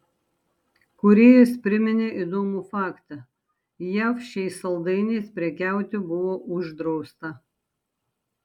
kūrėjas priminė įdomų faktą jav šiais saldainiais prekiauti buvo uždrausta